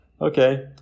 Okay